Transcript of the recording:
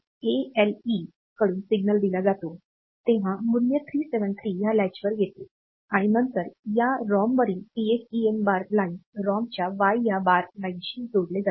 जेव्हा एएलई कडून सिग्नल दिला जातो तेव्हा मूल्य 373 या लॅचवर येते आणि नंतर या रॉमवरील पीएसईएन बार लाइन रॉमच्या y बार लाइनशी जोडली जाते